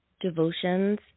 devotions